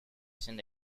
send